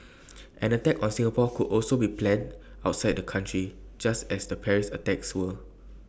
an attack on Singapore could also be planned outside the country just as the Paris attacks were